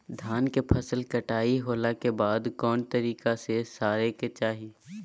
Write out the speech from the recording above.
धान के फसल कटाई होला के बाद कौन तरीका से झारे के चाहि?